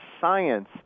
science